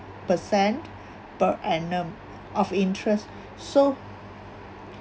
percent per annum of interest so